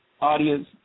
Audience